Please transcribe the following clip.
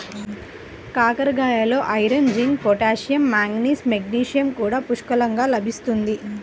కాకరకాయలలో iron, zinc, potassium, manganese, magnesium కూడా పుష్కలంగా లభిస్తుంది